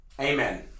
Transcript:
Amen